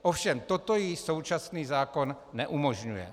Ovšem toto jí současný zákon neumožňuje.